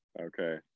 Okay